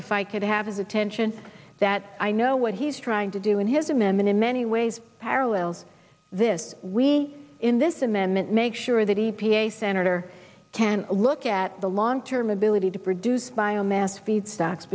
if i could have his attention that i know what he's trying to do and his amendment in many ways parallels this we in this amendment make sure that e p a senator can look at the long term ability to produce biomass feedstocks